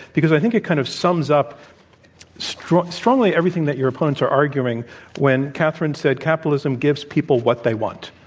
because i think it kind of sums up strongly strongly everything that your opponents are arguing when katherine said capitalism gives people what they want.